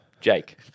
Jake